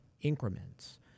increments